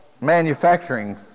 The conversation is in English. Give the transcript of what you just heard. manufacturing